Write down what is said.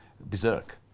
berserk